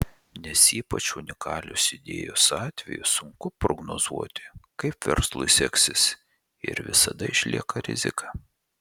nes ypač unikalios idėjos atveju sunku prognozuoti kaip verslui seksis ir visada išlieka rizika